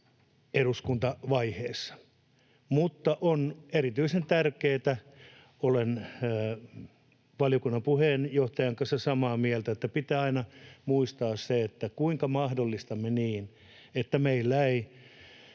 eduskuntavaiheessa. Mutta on erityisen tärkeätä — olen valiokunnan puheenjohtajan kanssa samaa mieltä — että pitää aina muistaa, kuinka mahdollistamme sen, että meillä ei